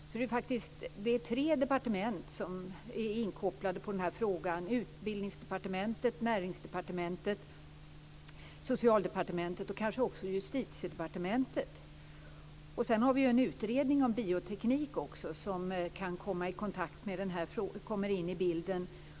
Det är faktiskt flera departement som är inkopplade på denna fråga: Utbildningsdepartementet, Näringsdepartementet, Socialdepartementet och kanske också Justitiedepartementet. Dessutom finns det en utredning om bioteknik som kommer in i bilden.